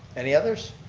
any others?